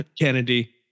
Kennedy